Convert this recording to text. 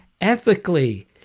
ethically